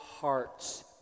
hearts